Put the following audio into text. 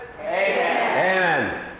Amen